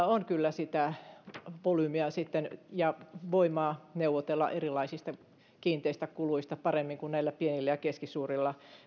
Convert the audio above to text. on kyllä sitten sitä volyymia ja voimaa neuvotella erilaisista kiinteistä kuluista paremmin kuin näillä pienillä ja keskisuurilla